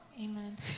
Amen